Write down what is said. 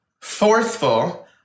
forceful